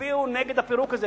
תצביעו נגד הפירוק הזה,